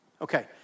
okay